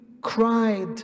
cried